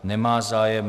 Nemá zájem.